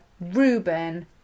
Ruben